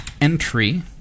$entry